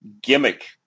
gimmick